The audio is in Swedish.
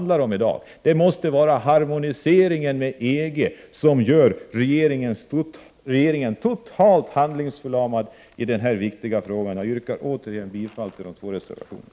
Det måste vara harmoniseringen med EG som gör regeringen totalt handlingsförlamad i den här viktiga frågan. Jag yrkar återigen bifall till de båda reservationerna.